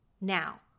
Now